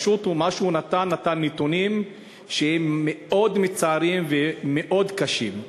פשוט מה שהוא נתן זה נתונים שהם מאוד מצערים ומאוד קשים,